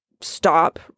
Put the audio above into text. stop